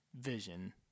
vision